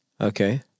Okay